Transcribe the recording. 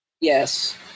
Yes